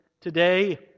today